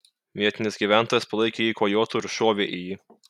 vietinis gyventojas palaikė jį kojotu ir šovė į jį